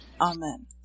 Amen